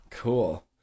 Cool